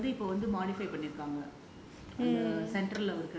அப்புறம் பெரிய வந்து இப்போ:appuram periya vanthu ippo